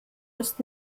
ist